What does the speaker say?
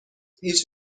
هیچ